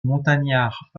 montagnard